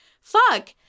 fuck